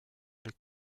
les